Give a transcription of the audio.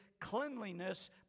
cleanliness